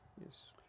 Yes